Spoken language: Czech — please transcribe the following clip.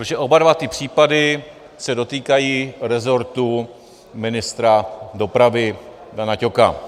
Protože oba dva ty případy se dotýkají rezortu ministra dopravy Dana Ťoka.